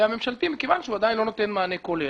הממשלתי מכיוון שהוא עדיין איננו נותן מענה כולל.